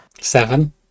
Seven